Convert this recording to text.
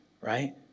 right